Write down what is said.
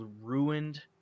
ruined